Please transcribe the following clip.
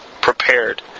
prepared